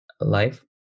life